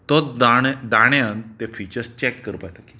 तो दांड्याक ते फिचर्स चॅक करताले